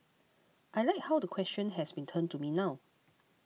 I like how the question has been turned to me now